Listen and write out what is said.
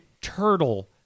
Turtle